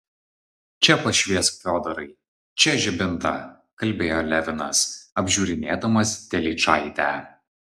čia pašviesk fiodorai čia žibintą kalbėjo levinas apžiūrinėdamas telyčaitę